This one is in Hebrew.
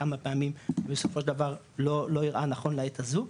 כמה פעמים ובסופו של דבר לא הראה נכון לעת הזו,